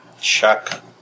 Chuck